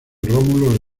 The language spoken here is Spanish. rómulo